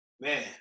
man